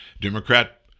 Democrat